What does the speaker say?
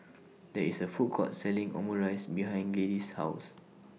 There IS A Food Court Selling Omurice behind Gladyce's House